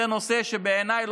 בעיניי,